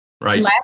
Right